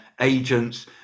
agents